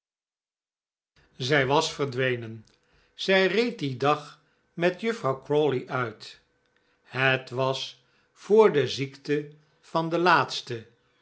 zij was verdwenen zij reed dien dag met juffrouw crawley uit het was voor de ziekte van de laatste